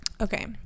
Okay